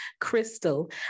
Crystal